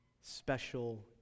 special